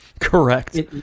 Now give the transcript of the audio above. correct